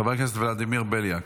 חבר הכנסת ולדימיר בליאק.